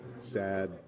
sad